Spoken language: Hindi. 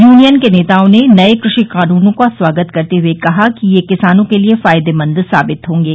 यूनियन के नेताओं ने नए कृषि कानूनों का स्वागत करते हुए कहा कि ये किसानों के लिए फायदेमंद साबित होंगे